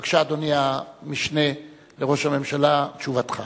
בבקשה, אדוני המשנה לראש הממשלה, תשובתך.